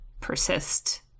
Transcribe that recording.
persist